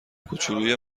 کوچولوی